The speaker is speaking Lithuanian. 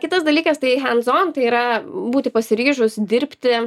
kitas dalykas tai hendz on tai yra būti pasiryžus dirbti